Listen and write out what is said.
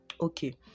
Okay